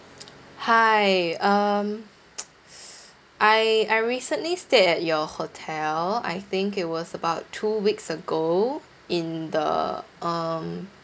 hi um I I recently stayed at your hotel I think it was about two weeks ago in the um